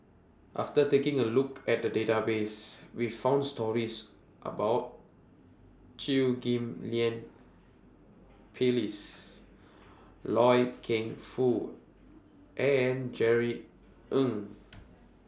after taking A Look At The Database We found stories about Chew Ghim Lian Phyllis Loy Keng Foo and Jerry Ng